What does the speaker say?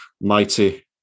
mighty